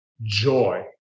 joy